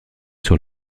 sur